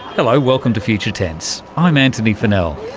hello, welcome to future tense, i'm antony funnell.